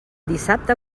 dissabte